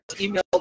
email